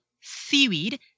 seaweed